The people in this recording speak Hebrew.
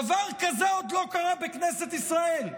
דבר כזה עוד לא קרה בכנסת ישראל.